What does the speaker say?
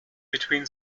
between